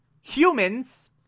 humans